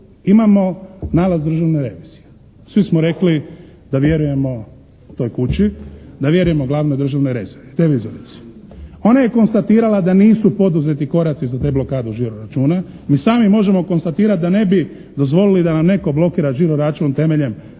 imamo nalaz državne revizije. Svi smo rekli da vjerujemo toj kući, da vjerujemo glavnoj državnoj revizorici. Ona je konstatirala da nisu poduzeti koraci za deblokadu žiro-računa. Mi sami možemo konstatirati da ne bi dozvolili da nam netko blokira žiro-račun temeljem Zakona,